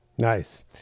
Nice